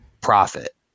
Profit